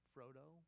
Frodo